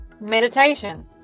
meditation